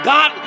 God